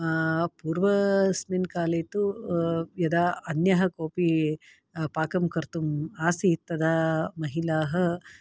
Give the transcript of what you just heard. पूर्वस्मिन् काले तु यदा अन्यः कोऽपि पाकं कर्तुम् आसीत् तदा महिलाः